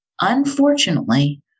Unfortunately